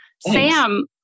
Sam